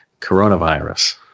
coronavirus